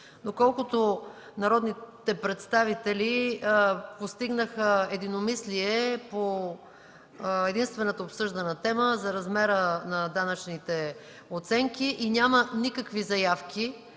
Доколкото народните представители постигнаха единомислие по единствената обсъждана тема за размера на данъчните оценки и няма никакви заявки